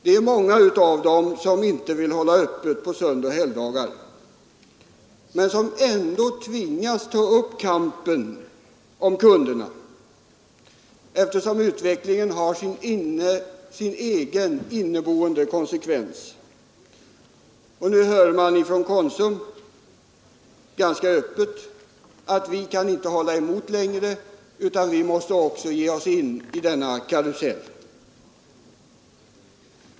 Det är många av dem som inte vill hålla öppet på söndagar och helgdagar men som ändå tvingas att ta upp kampen om kunderna eftersom utvecklingen har sin egen inneboende konsekvens. Nu har man från Konsums sida ganska öppet sagt att man inte kan hålla emot längre utan måste ge sig in i denna karusell.